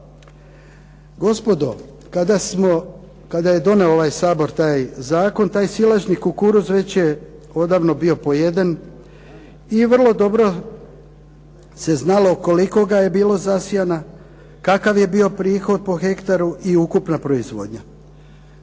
Gospodo, kada je donio ovaj Sabor taj zakon silažnji kukuruz već je odavno bio pojeden i vrlo dobro se znalo koliko ga je bilo zasijano, kakav je bio prihod po hektaru i ukupna proizvodnja.